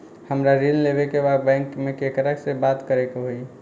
हमरा ऋण लेवे के बा बैंक में केकरा से बात करे के होई?